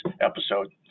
episode